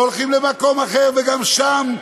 והולכים למקום אחר, וגם שם,